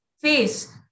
face